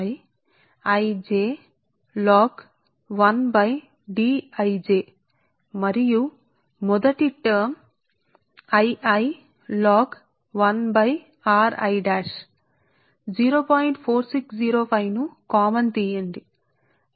4605 అని రాయవచ్చు కామన్ తీసుకోండి Ii ఇంటూ log1r అదే ఫార్ములా ను మనం ఉపయోగిస్తున్నాము ప్లస్ Ijlog 1Di jను j 1 నుండి n వరకు సమానం j not equal to i milli weber turns per kilometre కి కాబట్టి అక్కడ మనం రెండు పదాలను చూశాము అక్కడ రెండు పదాలను చూశాము అక్కడ మనం చూసిన మొదటి పదం rr' రెండవ పదం 0